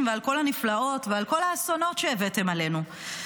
ועל כל הנפלאות ועל כל האסונות שהבאתם עלינו,